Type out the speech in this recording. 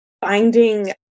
finding